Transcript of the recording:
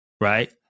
right